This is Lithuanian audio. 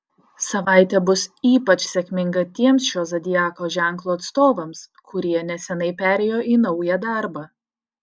savaitė bus ypač sėkminga tiems šio zodiako ženklo atstovams kurie neseniai perėjo į naują darbą